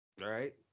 Right